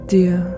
Dear